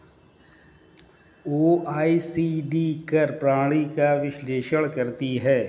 OECD कर प्रणाली का विश्लेषण करती हैं